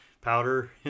powder